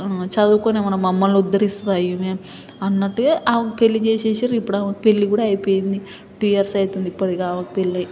చదువుకొని ఏమన్నా మమ్మల్ని ఉద్ధరిస్తుందా ఈమె అన్నట్టే ఆమెకి పెళ్ళి చేసేసినరు ఇప్పుడు ఆమెకు పెళ్ళి కూడా అయిపోయింది టూ ఇయర్స్ అవుతుంది ఇప్పుడు ఇక ఆమెకి పెళ్ళి అయ్యి